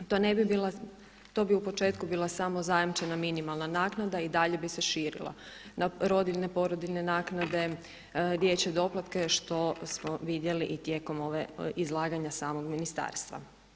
To ne bi bila, to bi u početku bila samo zajamčena minimalna naknada i dalje bi se širila na rodiljne, porodiljne naknade, dječje doplatke što smo vidjeli i tijekom ovog izlaganja samog ministarstva.